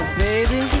baby